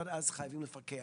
אבל אז חייבים לפקח.